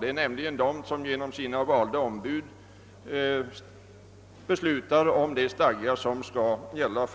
det är nämligen de själva som genom sina valda ombud beslutar om de stadgar som skall gälla.